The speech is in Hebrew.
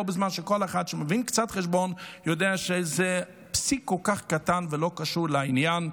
בזמן שכל אחד שמבין קצת חשבון יודע שזה פסיק כל כך קטן ולא קשור לעניין.